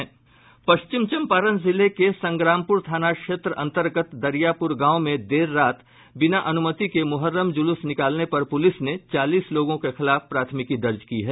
पश्चिम चम्पारण जिले के संग्रामपुर थाना क्षेत्र अन्तर्गत दरियापुर गांव में देर रात बिना अनुमति के मुहर्रम जुलूस निकालने पर पुलिस ने चालीस लोगों के खिलाफ प्राथमिकी दर्ज की है